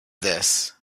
this